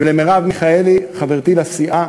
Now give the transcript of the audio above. ולמרב מיכאלי, חברתי לסיעה,